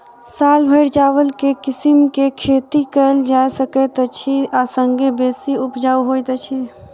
साल भैर चावल केँ के किसिम केँ खेती कैल जाय सकैत अछि आ संगे बेसी उपजाउ होइत अछि?